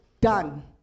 done